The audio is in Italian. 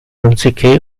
anziché